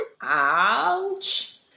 Ouch